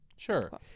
Sure